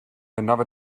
another